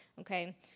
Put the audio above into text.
okay